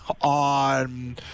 on